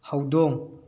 ꯍꯧꯗꯣꯡ